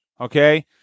Okay